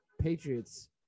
Patriots